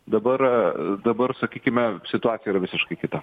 dabar dabar sakykime situacija yra visiškai kita